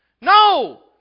No